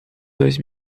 dois